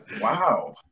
wow